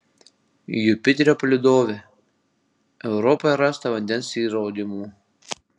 jupiterio palydove europoje rasta vandens įrodymų